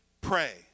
pray